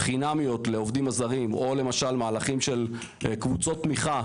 חינמיות לעובדים הזרים או למשל מהלכים של קבוצות תמיכה.